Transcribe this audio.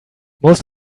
most